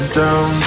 down